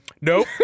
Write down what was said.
nope